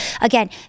Again